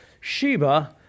Sheba